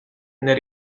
nel